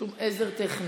שום עזר טכני.